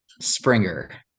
Springer